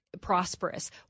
prosperous